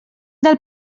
del